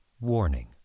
Warning